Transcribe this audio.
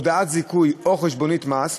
הודעת זיכוי או חשבונית מס,